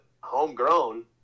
homegrown